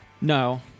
No